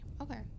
Okay